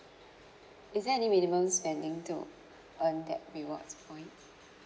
is there any minimum spending to earn that rewards point